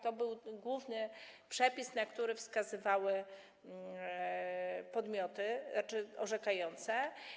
To był główny przepis, na który wskazywały podmioty orzekające.